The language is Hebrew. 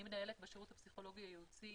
אני מנהלת בשירות הפסיכולוגי הייעוצי